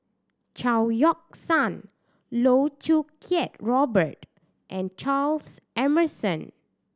Chao Yoke San Loh Choo Kiat Robert and Charles Emmerson